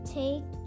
take